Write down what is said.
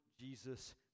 Jesus